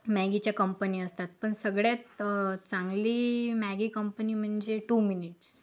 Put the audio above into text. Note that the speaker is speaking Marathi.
मॅगीच्या कंपनी असतात पण सगळ्यात चांगली मॅगी कंपनी म्हणजे टू मिनिट्स